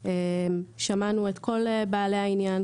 שמענו את כל בעלי העניין.